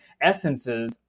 essences